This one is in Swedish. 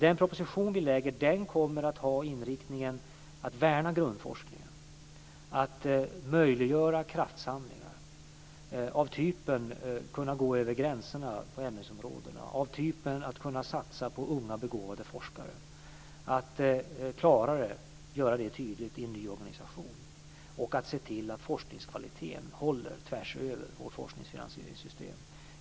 Den proposition som vi lägger fram kommer alltså att ha inriktningen att värna om grundforskningen, möjliggöra kraftsamlingar t.ex. för att kunna gå över gränserna för ämnesområdena och för att satsa på unga begåvade forskare. Detta ska göras tydligare i den nya organisationen, och vi ska se till att forskningskvaliteten håller tvärs över vårt forskningsfinansieringssystem.